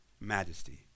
majesty